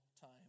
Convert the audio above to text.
time